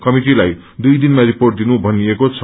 कमिटिलाई दुइ दिनमप रिर्पोट दिनु भनिएको छ